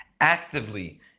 actively